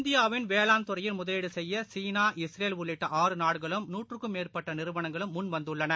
இந்தியாவின் வேளாண் துறையில் முதலீடுகெய்யசீனா இஸ்ரேல் உள்ளிட்ட ஆறு நாடுகளும் நூற்றுக்கும் மேற்பட்டநிறுவனங்களும் முன் வந்துள்ளன